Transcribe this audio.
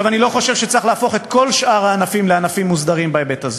אני לא חושב שצריך להפוך את כל שאר הענפים לענפים מוסדרים בהיבט הזה,